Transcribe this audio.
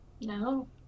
No